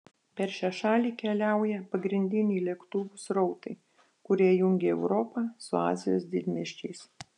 per šią šalį keliauja pagrindiniai lėktuvų srautai kurie jungia europą su azijos didmiesčiais